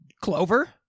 Clover